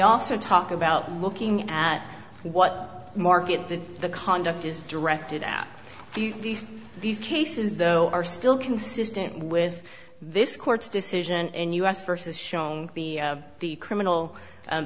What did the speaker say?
also talk about looking at what market that the conduct is directed at these these cases though are still consistent with this court's decision in us versus shown the the criminal